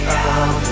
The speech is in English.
out